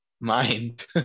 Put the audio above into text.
mind